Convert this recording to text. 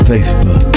Facebook